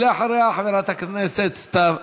אחריה, חברת הכנסת סתיו שפיר.